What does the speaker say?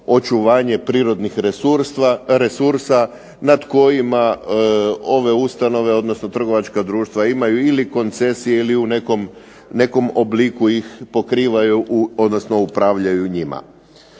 očuvanje prirodnih resursa nad kojima ove ustanove, odnosno trgovačka društva imaju ili koncesije ili u nekom obliku ih pokrivaju, odnosno upravljaju njima.